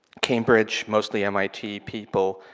cambridge, mostly mit people.